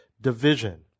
division